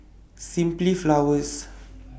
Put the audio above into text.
Simply Flowers